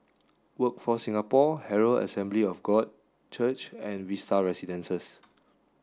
workforce Singapore Herald Assembly of God Church and Vista Residences